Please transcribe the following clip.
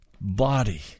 body